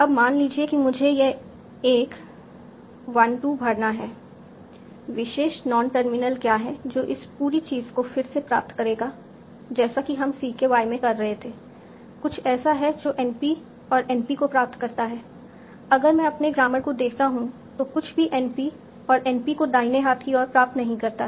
अब मान लीजिए कि मुझे यह एक 1 2 भरना है विशेष नॉन टर्मिनल क्या है जो इस पूरी चीज़ को फिर से प्राप्त करेगा जैसा कि हम CKY में कर रहे थे कुछ ऐसा है जो NP और NP को प्राप्त करता है अगर मैं अपने ग्रामर को देखता हूं तो कुछ भी NP और NP को दाहिने हाथ की ओर प्राप्त नहीं करता है